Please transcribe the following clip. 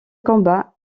combat